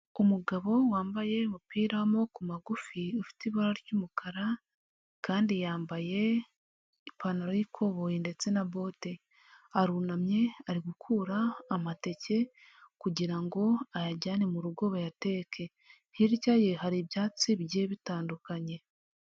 Umugabo wambaye umupira w'amaboko magufi ufite ibara ry'umukara, kandi yambaye ipantaro y'ikoboyi ndetse na bote, arunamye ari gukura amateke kugirango ayajyane mugo bayateke, hirya ye hari ibyatsi bigiye bitandukanye.